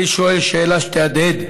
אני שואל שאלה שתהדהד: